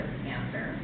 cancer